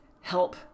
help